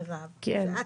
מירב,